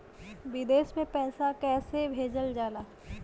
विदेश में पैसा कैसे भेजल जाला?